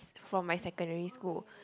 from my secondary school